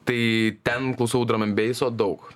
tai ten klausau dramambeiso daug